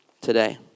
today